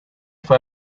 fue